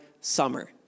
summer